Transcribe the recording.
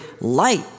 light